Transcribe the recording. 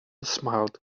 smiled